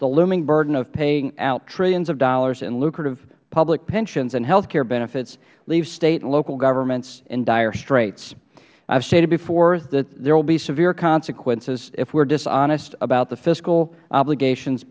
the looming burden of paying out trillions of dollars in lucrative public pensions and health care benefits leaves state and local governments in dire straits i have stated before that there will be severe consequences if we are dishonest about the fiscal obligations